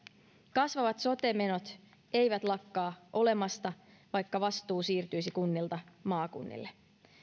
kasvavat sote menot eivät lakkaa olemasta vaikka vastuu siirtyisi kunnilta maakunnille